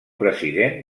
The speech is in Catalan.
president